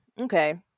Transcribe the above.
okay